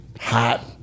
hot